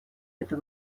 это